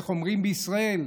איך אומרים בישראל?